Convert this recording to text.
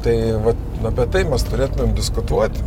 tai vat apie tai mes turėtumėm diskutuot